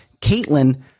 Caitlin